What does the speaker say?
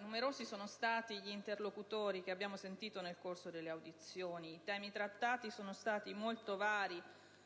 Numerosi sono stati gli interlocutori che abbiamo sentito nel corso delle audizioni. I temi trattati sono stati molto vari